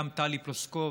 גם טלי פלוסקוב,